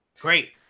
Great